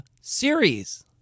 series